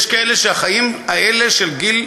יש כאלה שהחיים האלה, של גיל מבוגר,